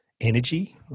energy